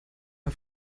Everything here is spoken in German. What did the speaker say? mal